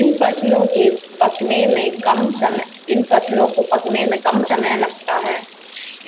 इन फ़सलों के पकने में कम समय इन फसलों को पकने में कम समय लगता है